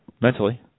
mentally